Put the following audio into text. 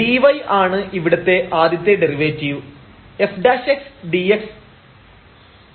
dy ആണ് ഇവിടത്തെ ആദ്യത്തെ ഡെറിവേറ്റീവ് f dx